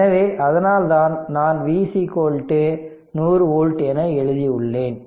எனவே அதனால்தான் நான் V 100 வோல்ட் என எழுதியுள்ளேன்